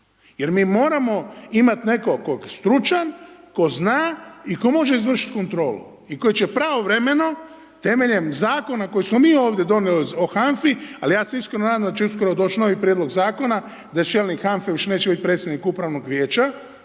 jer mi moramo imati nekog tko je stručan, tko zna i tko može izvršiti kontrolu i tko će pravovremeno temeljem zakona koji smo mi ovdje donijeli o HANFA-i, ali ja se iskreno nadam da će uskoro doći novi prijedlog zakona, da čelnik HANFA-e više neće bit predsjednik upravnog vijeća,